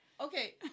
okay